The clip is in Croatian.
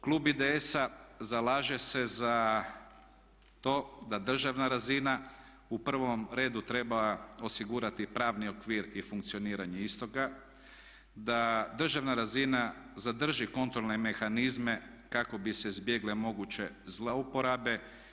Klub IDS-a zalaže se za to da državna razina u prvom redu treba osigurati pravni okvir i funkcioniranje istoga, da državna razina zadrži kontrolne mehanizme kako bi se izbjegle moguće zlouporabe.